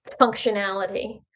functionality